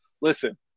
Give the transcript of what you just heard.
listen